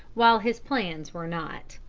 while his plans were not.